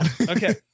Okay